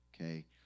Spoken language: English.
okay